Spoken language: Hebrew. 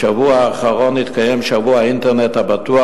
בשבוע האחרון התקיים שבוע האינטרנט הבטוח,